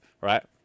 right